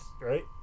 Right